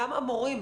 גם המורים,